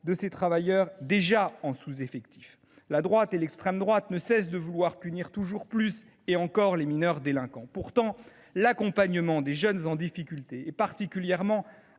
de ces travailleurs, déjà en sous effectif. La droite et l’extrême droite ne cessent de vouloir punir toujours davantage les mineurs délinquants. Pourtant, l’accompagnement des jeunes en difficulté est particulièrement